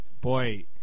boy